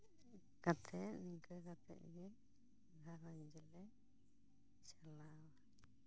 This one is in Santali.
ᱠᱟᱛᱮᱫ ᱤᱱᱠᱟᱹ ᱠᱟᱛᱮᱫ ᱜᱮ ᱜᱷᱟᱸᱨᱚᱧᱡᱽ ᱫᱚᱞᱮ ᱪᱟᱞᱟᱣᱟ